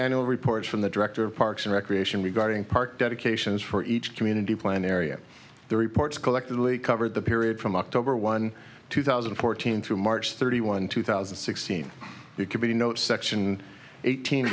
annual reports from the director of parks and recreation regarding park dedications for each community plan area the reports collectively covered the period from october one two thousand and fourteen through march thirty one two thousand and sixteen you can be notes section eighteen